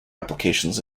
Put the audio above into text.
applications